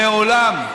ומעולם,